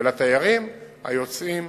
ולתיירים היוצאים